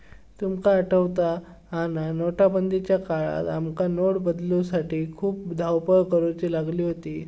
तुका आठवता हा ना, नोटबंदीच्या काळात आमका नोट बदलूसाठी खूप धावपळ करुची लागली होती